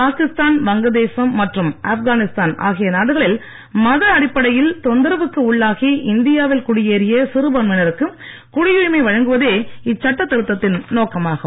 பாகிஸ்தான் வங்கதேசம் மற்றும் ஆப்கானிஸ்தான் ஆகிய நாடுகளில் மத அடிப்படையில் தொந்தரவுக்கு உள்ளாகி இந்தியாவில் குடியேறிய சிறுபான்மையினருக்கு குடியுரிமை வழங்குவதே இச்சட்ட திருத்தத்தின் நோக்கமாகும்